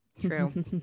true